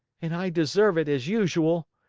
and i deserve it, as usual!